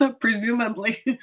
presumably